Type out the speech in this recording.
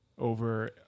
over